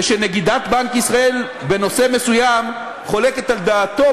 וכשנגידת בנק ישראל בנושא מסוים חולקת על דעתו,